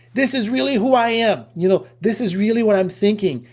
this is really who i am, you know, this is really what i'm thinking,